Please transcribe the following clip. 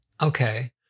okay